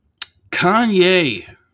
Kanye